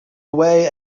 away